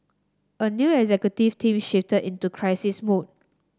a new executive team shifted into crisis mode